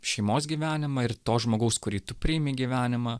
šeimos gyvenimą ir to žmogaus kurį tu priimi gyvenimą